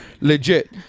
Legit